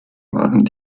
waren